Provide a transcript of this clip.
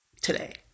today